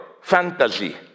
fantasy